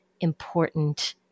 important